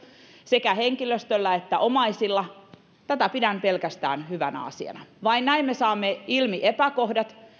sekä henkilöstöllä että omaisilla tätä pidän pelkästään hyvänä asiana vain näin me saamme ilmi epäkohdat